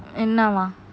என்னவாம்:ennavam